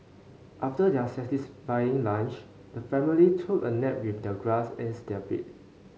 after their satisfying lunch the family took a nap with the grass as their bed